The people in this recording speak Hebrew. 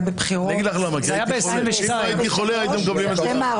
אם לא הייתי חולה, הייתם מקבלים.